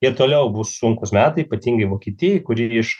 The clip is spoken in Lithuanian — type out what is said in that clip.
ir toliau bus sunkūs metai ypatingai vokietijai kuri iš